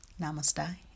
Namaste